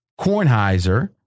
Kornheiser